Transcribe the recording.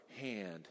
hand